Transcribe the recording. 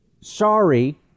Sorry